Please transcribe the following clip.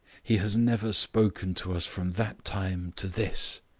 he has never spoken to us from that time to this.